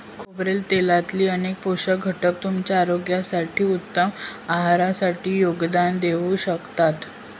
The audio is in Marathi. खोबरेल तेलातील अनेक पोषक घटक तुमच्या आरोग्यासाठी, उत्तम आहारासाठी योगदान देऊ शकतात